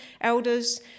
elders